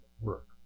work